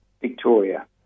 Victoria